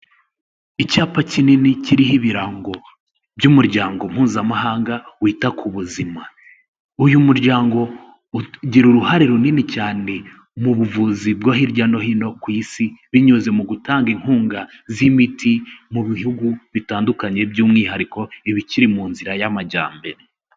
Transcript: Icyapa kinini kiriho ibirango by'umuryango mpuzamahanga wita ku buzima. Uyu muryango ugira uruhare runini cyane mu buvuzi bwo hirya no hino ku isi binyuze mu gutanga inkunga z'imiti mu bihugu bitandukanye, by'umwihariko ibikiri mu nzira y'amajyambere.